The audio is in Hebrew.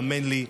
האמן לי,